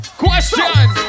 question